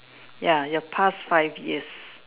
ya your past five years